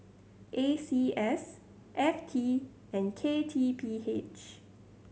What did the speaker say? A C S F T and K T P H